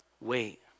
wait